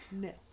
No